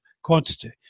quantity